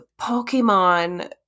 Pokemon